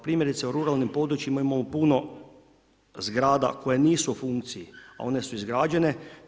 Primjerice u ruralnim područjima imamo puno zgrada koje nisu u funkciji, a one su izgrađene.